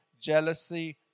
jealousy